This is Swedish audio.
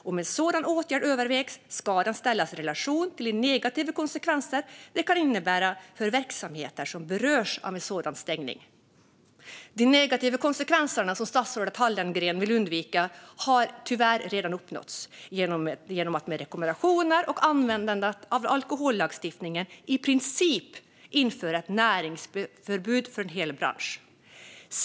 Om en sådan åtgärd övervägs ska den ställas i relation till de negativa konsekvenser det kan innebära för verksamheter som berörs av en sådan stängning." De negativa konsekvenser som statsrådet Hallengren vill undvika har tyvärr redan uppnåtts genom att man genom rekommendationer och användandet av alkohollagstiftningen i princip inför ett näringsförbud för en hel bransch.